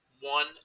one